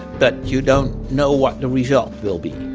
but you don't know what the result will be.